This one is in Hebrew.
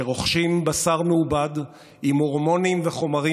שרוכשים בשר מעובד עם הורמונים וחומרים